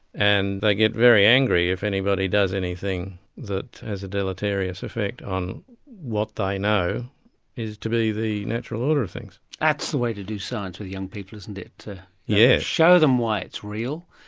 and they get very angry if anybody does anything that has a deleterious effect on what they know is to be the natural order of things. that's the way to do science with young people, isn't it, yeah show them why it's real,